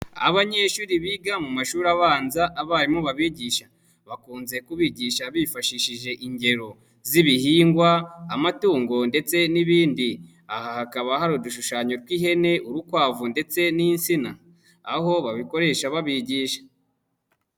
Abanyeshuri biga mu mashuri abanza, abarimu babigisha, bakunze kubigisha bifashishije ingero z'ibihingwa, amatungo ndetse n'ibindi, aha hakaba hari udushushanyo tw'ihene, urukwavu ndetse n'insina, aho babikoresha babigisha.